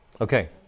Okay